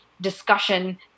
discussion